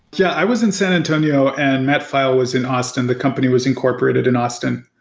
yeah, i was in san antonio and matt pfeil was in austin. the company was incorporated in austin.